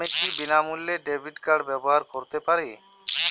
আমি কি বিনামূল্যে ডেবিট কার্ড ব্যাবহার করতে পারি?